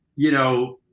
you know